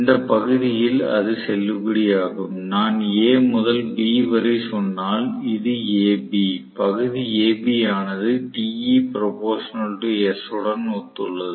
இந்த பகுதியில் அது செல்லுபடியாகும் நான் A முதல் B வரை சொன்னால் இது A B பகுதி A B ஆனது உடன் ஒத்துள்ளது